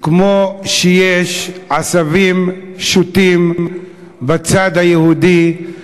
כמו שיש עשבים שוטים בצד היהודי,